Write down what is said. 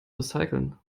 recyceln